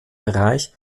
bereich